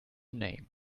name